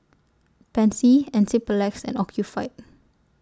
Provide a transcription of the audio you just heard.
Pansy Enzyplex and Ocuvite